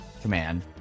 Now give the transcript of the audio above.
command